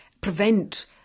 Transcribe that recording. prevent